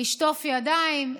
לשטוף ידיים,